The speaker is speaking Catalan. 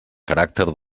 caràcter